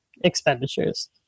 expenditures